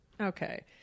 Okay